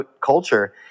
culture